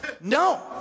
No